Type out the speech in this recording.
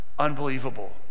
unbelievable